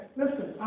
listen